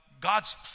God's